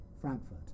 Frankfurt